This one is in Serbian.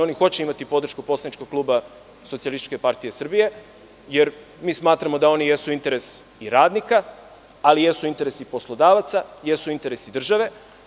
Oni će imati podršku poslaničkog kluba SPS, jer mi smatramo da oni jesu interes i radnika, ali jesu interes i poslodavaca, jesu interes i države.